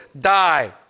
die